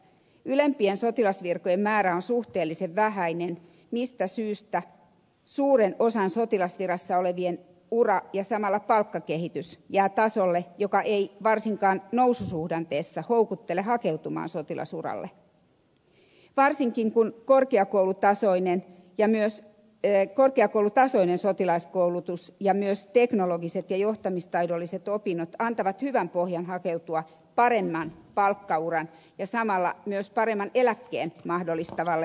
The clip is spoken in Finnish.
ylempien sotilasvirkojen määrä on suhteellisen vähäinen mistä syystä suurella osalla sotilasvirassa olevista ura ja samalla palkkakehitys jää tasolle joka ei varsinkaan noususuhdanteessa houkuttele hakeutumaan sotilasuralle varsinkin kun korkeakoulutasoinen sotilaskoulutus ja myös teknologiset ja johtamistaidolliset opinnot antavat hyvän pohjan hakeutua paremman palkkauran ja samalla myös paremman eläkkeen mahdollistavalle siviilityöuralle